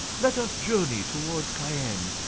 let us journey towards cayenne.